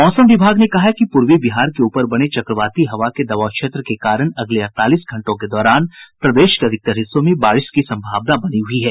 मौसम विभाग ने कहा है कि पूर्वी बिहार के ऊपर बने चक्रवाती हवा के दबाव क्षेत्र के कारण अगले अड़तालीस घंटों के दौरान प्रदेश के अधिकतर हिस्सों में बारिश की संभावना बनी हुई है